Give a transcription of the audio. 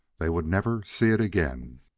they would never see it again.